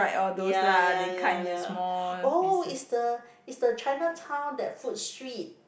ya ya ya ya oh it's the it's the Chinatown that food street